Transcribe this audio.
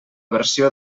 versió